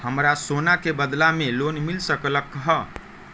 हमरा सोना के बदला में लोन मिल सकलक ह?